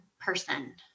person